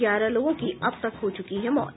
ग्यारह लोगों की अब तक हो चुकी है मौत